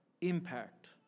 impact